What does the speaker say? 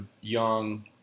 young